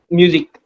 music